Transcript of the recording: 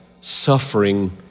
suffering